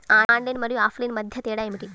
Online మరియు offline మధ్య తేడా ఏమిటీ?